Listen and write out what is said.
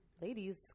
ladies